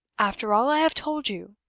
after all i have told you?